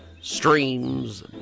streams